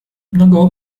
много